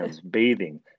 bathing